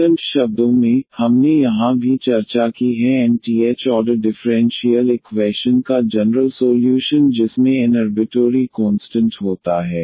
second शब्दों में हमने यहां भी चर्चा की है nth ऑर्डर डिफरेंशियल इक्वैशन का जनरल सोल्यूशन जिसमें n अर्बिटोरी कोंस्टंट होता है